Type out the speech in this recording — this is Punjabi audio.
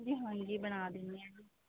ਜੀ ਹਾਂਜੀ ਬਣਾ ਦਿੰਦੇ ਹਾਂ ਜੀ